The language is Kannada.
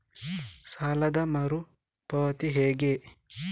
ಸಾಲದ ಮರು ಪಾವತಿ ಹೇಗೆ?